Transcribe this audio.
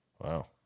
Wow